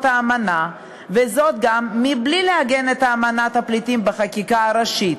האמנה גם בלי לעגן אותה בחקיקה הראשית.